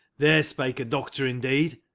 there spake a doctor, indeed!